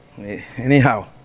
Anyhow